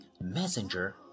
messenger